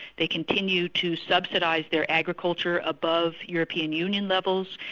they continue to subsidise their agriculture above european union levels,